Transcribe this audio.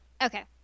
Okay